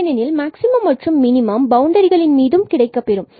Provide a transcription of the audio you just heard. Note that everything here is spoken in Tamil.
ஏனெனில் மேக்சிமம் மற்றும் மினிமம் பவுண்டரிகளின் மீதும் கிடைக்கப்பெறும்